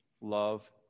love